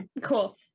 Cool